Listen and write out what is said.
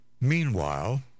Meanwhile